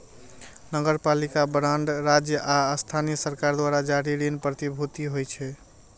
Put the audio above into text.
नगरपालिका बांड राज्य आ स्थानीय सरकार द्वारा जारी ऋण प्रतिभूति होइ छै